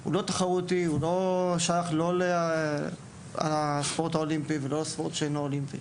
הוא לא תחרותי; הוא לא שייך לספורט האולימפי ולא לספורט שאינו אולימפי,